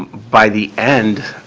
by the end,